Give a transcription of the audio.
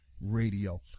radio